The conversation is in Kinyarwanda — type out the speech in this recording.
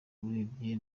urebye